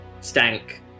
stank